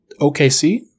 OKC